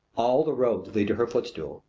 all the roads lead to her footstool.